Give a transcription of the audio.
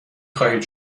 خواهید